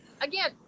again